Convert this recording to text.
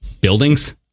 buildings